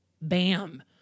bam